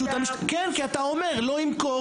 כי אתה אומר - לא ימכור,